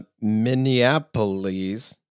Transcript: Minneapolis